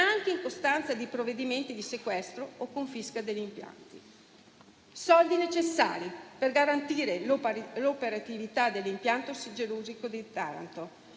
anche in costanza di provvedimenti di sequestro o confisca degli impianti. Soldi necessari per garantire l'operatività dell'impianto siderurgico di Taranto